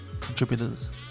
contributors